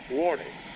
warning